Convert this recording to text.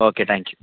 okay thank you